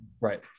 Right